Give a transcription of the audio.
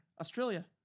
Australia